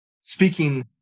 speaking